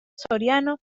soriano